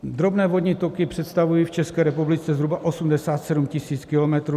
Drobné vodní toky představují v České republice zhruba 87 tisíc kilometrů.